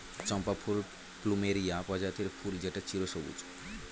চম্পা ফুল প্লুমেরিয়া প্রজাতির ফুল যেটা চিরসবুজ